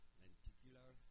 lenticular